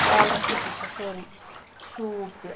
پاورٕ سۭتی چھےٚ سٲرٕے شوٗب تہِ